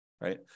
right